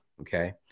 Okay